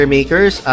Makers